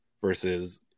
versus